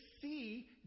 see